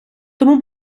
тому